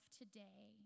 today